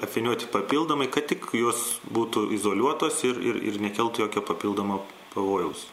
apvynioti papildomai kad tik jos būtų izoliuotos ir ir ir nekeltų jokio papildomo pavojaus